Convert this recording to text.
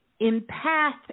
empath